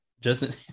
Justin